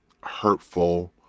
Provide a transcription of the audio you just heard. hurtful